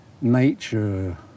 nature